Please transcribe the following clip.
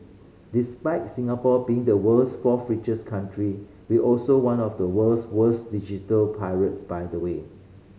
despite Singapore being the world's fourth richest country we also one of the world's worst digital pirates by the way